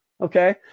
Okay